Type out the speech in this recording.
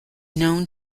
known